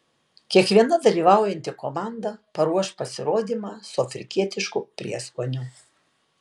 kiekviena dalyvaujanti komanda paruoš pasirodymą su afrikietišku prieskoniu